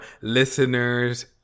listeners